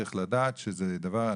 צריך לדעת שזה דבר,